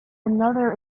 another